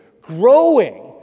Growing